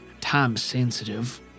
time-sensitive